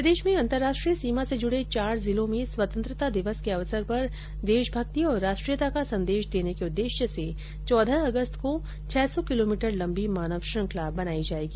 प्रदेश में अन्तरराष्ट्रीय सीमा से जुड़े चार जिलों में स्वतन्त्रता दिवस के अवसर पर देशभक्ति और राष्ट्रीयता का संदेश देने के उद्देश्य से चौदह अगस्त को छह सौ किलोमीटर लम्बी मानव श्रृंखला बनाई जायेगी